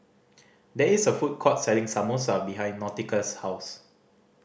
there is a food court selling Samosa behind Nautica's house